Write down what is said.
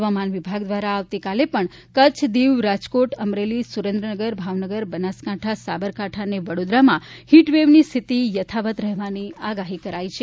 હવામાન વિભાગ દ્વારા આવતીકાલે પણ કચ્છ દિવ રાજકોટ અમરેલી સુરેન્દ્રનગર ભાવનગર બનાસકાંઠા સાબરકાંઠા અને વડોદરામાં હીટવેવની સ્થિતિ યથાવત રહેવાની આગાહી કરાઇ છે